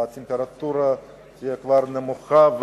הטמפרטורה תהיה נמוכה,